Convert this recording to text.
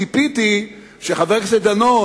ציפיתי שחבר הכנסת דנון,